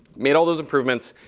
made all those improvements,